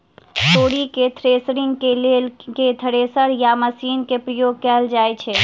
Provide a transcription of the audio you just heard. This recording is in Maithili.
तोरी केँ थ्रेसरिंग केँ लेल केँ थ्रेसर या मशीन केँ प्रयोग कैल जाएँ छैय?